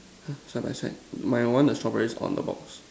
!huh! side by side my one the strawberries on the box